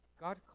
God